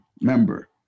member